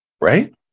Right